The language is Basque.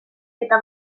eta